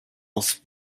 was